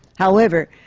however,